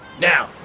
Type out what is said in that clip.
Now